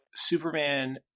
Superman